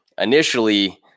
initially